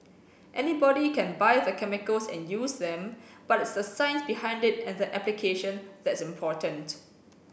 anybody can buy the chemicals and use them but it's the science behind it and the application that's important